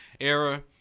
era